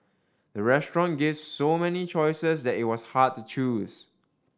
the restaurant gave so many choices that it was hard to choose